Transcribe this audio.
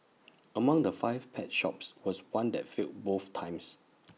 among the five pet shops was one that failed both times